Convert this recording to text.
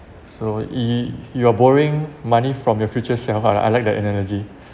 so it you're borrowing money from your future self lah I like that analogy